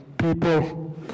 people